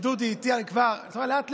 דודי איתי, לאט-לאט